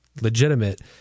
legitimate